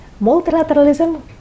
multilateralism